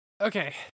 Okay